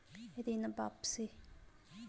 ऋण वापसी?